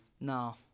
No